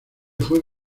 fue